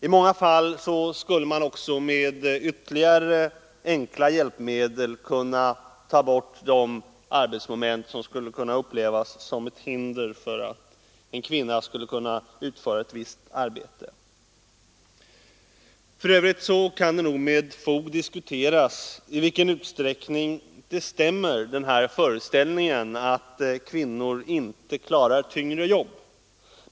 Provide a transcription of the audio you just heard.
I många fall skulle man också med ytterligare hjälpmedel av enkelt slag kunna ta bort de arbetsmoment som kan upplevas som hinder för att en kvinna skulle kunna utföra ett visst arbete. För övrigt kan det nog med fog diskuteras i vilken utsträckning det stämmer att kvinnor inte skulle kunna klara tyngre jobb.